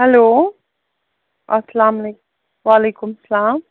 hello اَلسلامَلے وعلیکُم السلام